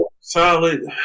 Solid